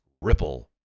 Ripple